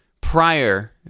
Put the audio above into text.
prior